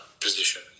position